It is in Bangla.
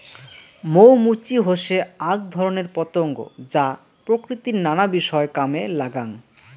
মৌ মুচি হসে আক ধরণের পতঙ্গ যা প্রকৃতির নানা বিষয় কামে লাগাঙ